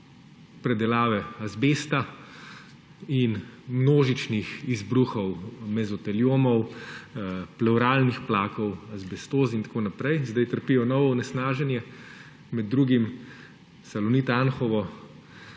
predelave azbesta in množičnih izbruhov mezoteliomov, pluralnih plakov, azbestoz in tako naprej sedaj trpijo novo onesnaženje. Med drugim Salonit Anhovo